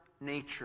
nature